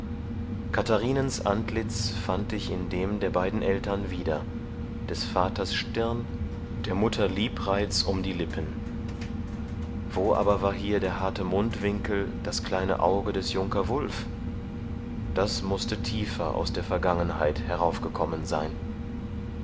katharinens antlitz fand ich in dem der beiden eltern wieder des vaters stirn der mutter liebreiz um die lippen wo aber war hier der harte mundwinkel das kleine auge des junker wulf das mußte tiefer aus der vergangenheit heraufgekommen sein